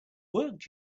worked